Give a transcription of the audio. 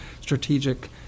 strategic